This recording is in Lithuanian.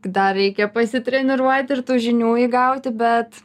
dar reikia pasitreniruoti ir tų žinių įgauti bet